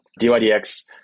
DYDX